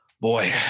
boy